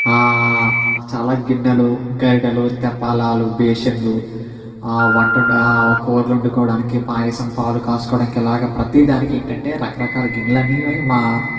చాలా గిన్నెలు గరిటలు తెప్పలాలు బేసిన్లు వంట వండు కూరలు వండుకోవడానికి పాయసం పాలు కాసుకోవడం ఇలాగా ప్రతి దానికి ఏంటి అంటే రకరకాల గిన్నెలు అనేవి మా